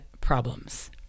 problems